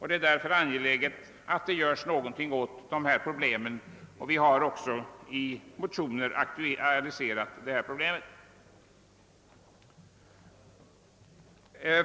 Det är angeläget att något göres åt dessa problem, och från högerns sida har vi aktualiserat dem i olika motioner.